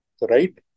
right